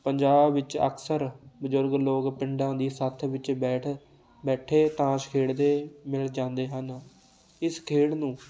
ਪੰਜਾਬ ਵਿੱਚ ਅਕਸਰ ਬਜ਼ੁਰਗ ਲੋਕ ਪਿੰਡਾਂ ਦੀ ਸੱਥ ਵਿੱਚ ਬੈਠ ਬੈਠੇ ਤਾਸ਼ ਖੇਡਦੇ ਮਿਲ ਜਾਂਦੇ ਹਨ ਇਸ ਖੇਡ ਨੂੰ